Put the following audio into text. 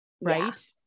right